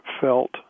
felt